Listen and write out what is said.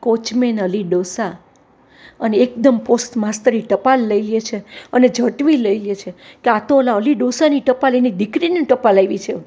coachman Ali ડોસા અને એકદમ પોસ્ટ માસ્ટર એ ટપાલ લઈ લે છે અને ઝૂંટવી લઈએ છે કે આતો પેલા અલી ડોસાની ટપાલ એની દીકરીની ટપાલ આવી છે